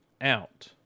out